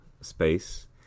space